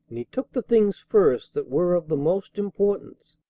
and he took the things first that were of the most importance.